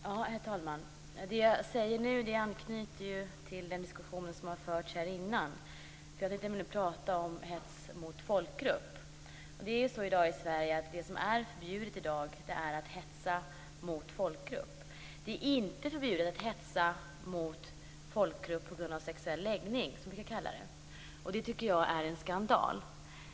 Herr talman! Det jag säger nu anknyter till den diskussion som har förts här innan. Jag tänkte nämligen prata om hets mot folkgrupp. Det är så att det i Sverige i dag är förbjudet att hetsa mot folkgrupp. Det är inte förbjudet att hetsa mot folkgrupp baserat på sexuell läggning, som vi brukar kalla det. Det tycker jag är en skandal.